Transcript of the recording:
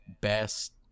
best